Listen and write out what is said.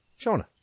Shauna